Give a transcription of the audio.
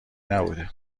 نبوده